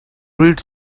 read